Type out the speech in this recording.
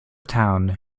town